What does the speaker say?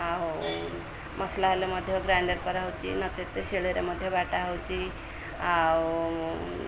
ଆଉ ମସଲା ହେଲେ ମଧ୍ୟ ଗ୍ରାଇଣ୍ଡର କରାହେଉଛି ନଚେତ ଶିଳରେ ମଧ୍ୟ ବଟା ହେଉଛି ଆଉ